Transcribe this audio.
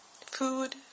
food